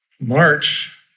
March